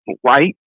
white